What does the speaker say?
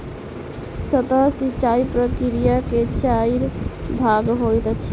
सतह सिचाई प्रकिया के चाइर भाग होइत अछि